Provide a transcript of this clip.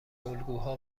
الگوها